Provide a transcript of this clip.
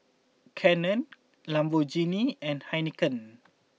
Canon Lamborghini and Heinekein